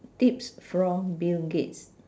tips from bill gates